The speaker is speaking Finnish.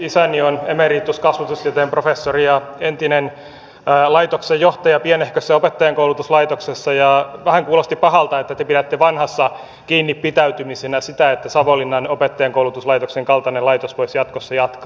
isäni on emeritus kasvatustieteen professori ja entinen laitoksen johtaja pienehkössä opettajankoulutuslaitoksessa ja vähän kuulosti pahalta että te pidätte vanhassa kiinni pitäytymisenä sitä että savonlinnan opettajankoulutuslaitoksen kaltainen laitos voisi jatkossa jatkaa